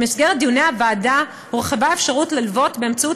במסגרת דיוני הוועדה הורחבה האפשרות להלוות באמצעות